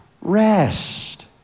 rest